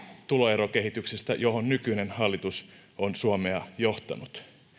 tuloerokehityksestä johon nykyinen hallitus on suomea johtanut